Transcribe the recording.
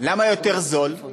למה יותר זול?